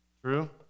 True